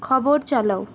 খবর চালাও